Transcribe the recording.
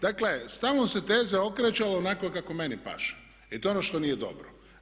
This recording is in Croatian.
Dakle, stalno se teze okreće al onako kako meni paše i to je ono što nije dobro.